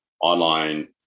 online